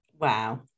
Wow